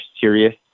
serious